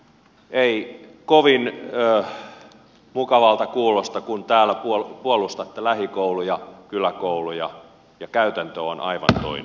ei kovin mukavalta kuulosta kun täällä puolustatte lähikouluja kyläkouluja ja käytäntö on aivan toinen